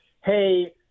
Hey